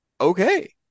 okay